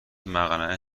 مقنعه